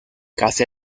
casi